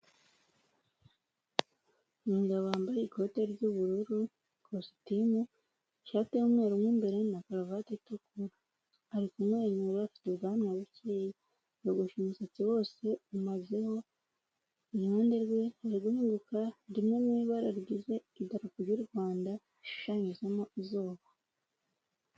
Umugabo wambaye ikote ry'ubururu na kositimu ishati y,umweru mw,imbere na karuvati itukura ari kumwenyura afite ubwanwa buke yogoshe umusatsi wose yawumazeho iruhande rwe muguhinguka rimwe nibara rigize idapu y'u rwanda rishushanyuzamo izuba.